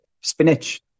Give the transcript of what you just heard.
spinach